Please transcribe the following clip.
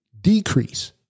decrease